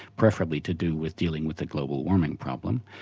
preferably to do with dealing with the global warming problem.